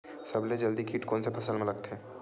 सबले जल्दी कीट कोन से फसल मा लगथे?